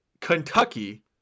Kentucky